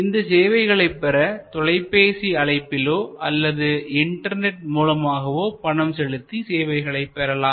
இந்த சேவைகளை பெற தொலைபேசி அழைப்பிலோ அல்லது இன்டர்நெட் மூலமாகவோ பணம் செலுத்தி சேவைகளை பெறலாம்